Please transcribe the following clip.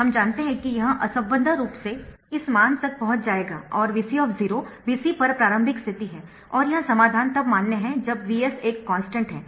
हम जानते है कि यह असम्बद्ध रूप से इस मान तक पहुंच जाएगा और Vc Vc पर प्रारंभिक स्थिति है और यह समाधान तब मान्य है जब Vs एक कॉन्स्टन्ट है